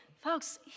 Folks